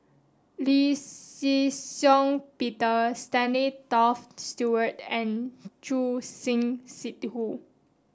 Lee Shih Shiong Peter Stanley Toft Stewart and Choor Singh Sidhu